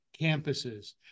campuses